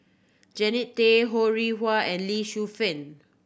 Jannie Tay Ho Rih Hwa and Lee Shu Fen